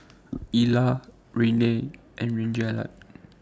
Ella Renae and Reginald